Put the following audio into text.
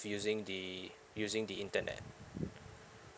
using the using the internet